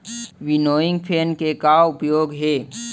Winnowing fan के का उपयोग हे?